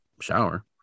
shower